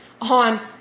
on